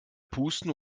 pusten